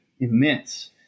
immense